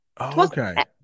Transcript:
Okay